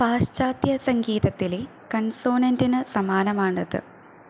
പാശ്ചാത്യസംഗീതത്തിലെ കൺസൊനെൻ്റിന് സമാനമാണത്